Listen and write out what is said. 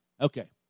Okay